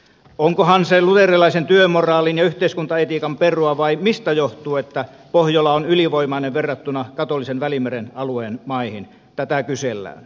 onkohan se luterilaisen työmoraalin ja yhteiskuntaetiikan perua vai mistä johtuu että pohjola on ylivoimainen verrattuna katolisen välimeren alueen maihin tätä kysellään